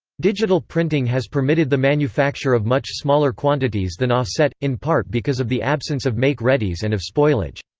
digital printing has permitted the manufacture of much smaller quantities than offset, in part because of the absence of make readies and of spoilage.